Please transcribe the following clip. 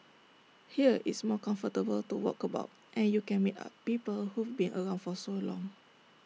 here it's more comfortable to walk about and you can meet A people who've been around for so long